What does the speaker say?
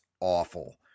awful